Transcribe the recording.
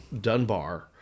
Dunbar